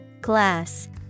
Glass